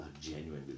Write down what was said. genuinely